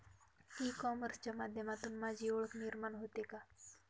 E कॉमर्सच्या माध्यमातून माझी ओळख निर्माण होते का?